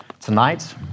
Tonight